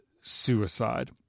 suicide